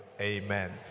amen